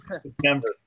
september